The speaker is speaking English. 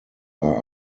are